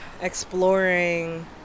exploring